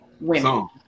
women